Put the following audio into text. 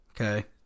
Okay